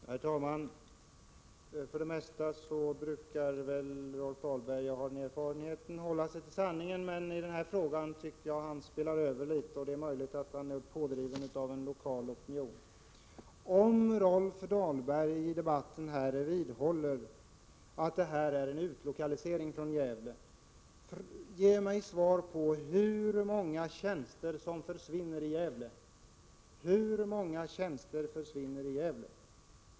Herr talman! Rolf Dahlberg brukar hålla sig till sanningen, det har jag erfarenhet av. Men i denna fråga tycker jag att han spelar över litet grand. Det är möjligt att han är pådriven av en lokal opinion. Om Rolf Dahlberg i debatten vidhåller att det här är fråga om en utlokalisering från Gävle, ge mig då svar på hur många tjänster som försvinner i Gävle. Rolf Dahlberg!